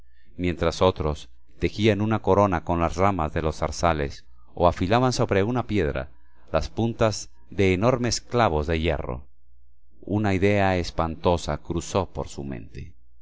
mientras otros tejían una corona con las ramas de los zarzales o afilaban sobre una piedra las puntas de enormes clavos de hierro una idea espantosa cruzó por su mente